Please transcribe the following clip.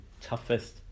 toughest